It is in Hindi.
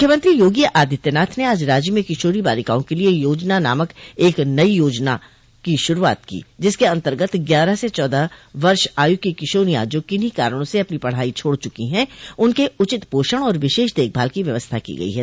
मुख्यमंत्री योगी आदित्यनाथ ने आज राज्य में किशोरी बालिकाओं के लिये योजना नामक एक नई योजना की शुरूआत की जिसके अन्तर्गत ग्यारह से चौदह वर्ष आयु की किशोरियां जो किन्हीं कारणों से अपनी पढ़ाई छोड़ चुकी है उनके उचित पोषण और विशेष देखभाल की व्यवस्था की गई है